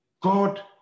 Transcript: God